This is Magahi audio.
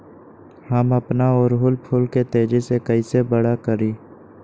हम अपना ओरहूल फूल के तेजी से कई से बड़ा करी?